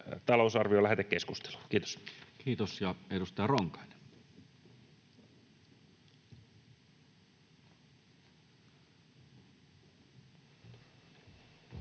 talousarvion, lähetekeskusteluun. — Kiitos. Kiitos. — Ja edustaja Ronkainen. Arvoisa